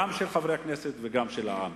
גם של חברי הכנסת וגם של העם.